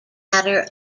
matter